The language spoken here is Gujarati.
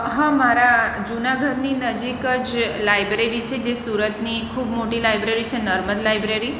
હા મારા જૂના ઘરની નજીક જ લાયબ્રેરી છે જે સુરતની ખૂબ મોટી લાયબ્રેરી છે નર્મદ લાયબ્રેરી